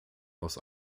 aus